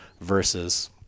versus